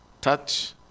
touch